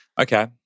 Okay